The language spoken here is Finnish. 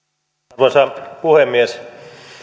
arvoisa puhemies